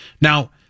Now